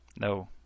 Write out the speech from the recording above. No